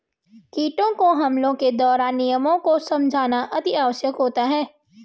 कीटों के हमलों के दौरान नियमों को समझना अति आवश्यक होता है